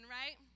right